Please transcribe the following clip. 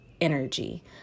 energy